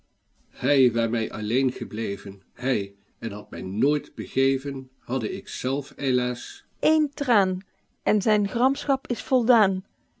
alleen gebleven hy en had my nooit begeven hadde ik zelf eilaes guido gezelle vlaemsche dichtoefeningen eén traen en zyn gramschap is voldaen